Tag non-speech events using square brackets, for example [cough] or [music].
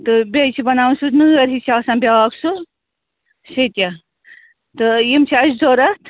تہٕ بیٚیہِ چھِ بَناوُن سُہ نٲرۍ ہِش چھِ آسان بیٛاکھ سُہ [unintelligible] تہٕ یِم چھِ اَسہِ ضروٗرت